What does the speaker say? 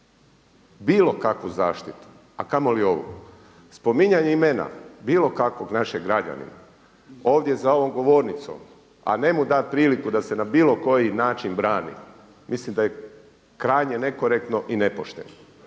bilo kakvu zaštitu a kamoli ovu. Spominjanje imena, bilo kakvog našeg građanina ovdje za ovom govornicom a ne mu dati priliku da se na bilo koji način brani mislim da je krajnje nekorektno i nepošteno